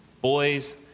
boys